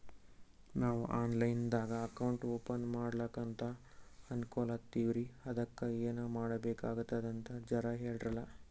ನಾವು online ದಾಗ account open ಮಾಡ್ಲಕಂತ ಅನ್ಕೋಲತ್ತೀವ್ರಿ ಅದಕ್ಕ ಏನ ಮಾಡಬಕಾತದಂತ ಜರ ಹೇಳ್ರಲ?